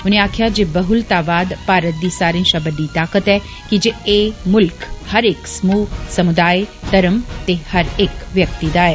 उने आक्खेआ जे बहुलतावाद भारत दी सारे षा बड्डी ताकत ऐ की जे एह मुल्ख हरेक समूह समुदाय धर्म दे हरेक व्यक्ति दा ऐ